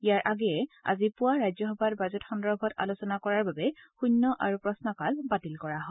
ইয়াৰ আগেয়ে আজি পুৱা ৰাজ্যসভাত বাজেট সন্দৰ্ভত আলোচনা কৰাৰ বাবে শৃণ্য আৰু প্ৰশ্নকাল বাতিল কৰা হয়